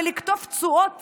ולקטוף תשואות